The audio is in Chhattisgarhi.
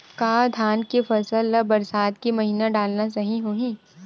का धान के फसल ल बरसात के महिना डालना सही होही?